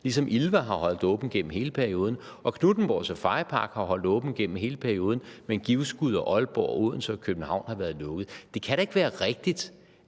ligesom ILVA har holdt åben igennem hele perioden og Knuthenborg Safaripark har holdt åben igennem hele perioden, mens de zoologiske haver i Givskud, Aalborg, Odense og København har været lukket. Det kan da ikke være rigtigt,